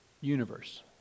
universe